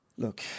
Look